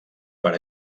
per